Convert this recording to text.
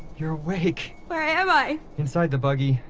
you're awake! where am i? inside the buggy.